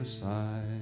side